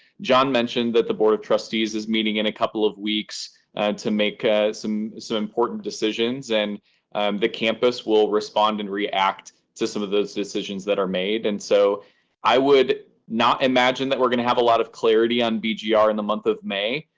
john mentioned that the board of trustees is meeting in a couple of weeks to make ah some some important decisions. and the campus will respond and react to some of those decisions that are made. and so i would not imagine that we're going to have a lot of clarity on bgr yeah in the month of may.